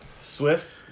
Swift